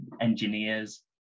engineers